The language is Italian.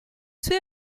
suoi